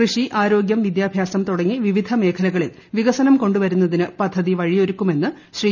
കൃഷി ആരോഗ്യം വിദ്യാഭ്യാസം തുടങ്ങിയ വിവിധ മേഖലകളിൽ വികസനം കൊണ്ടുവരുന്നതിന് പദ്ധതി വഴിയൊരുക്കുമെന്ന് ശ്രീ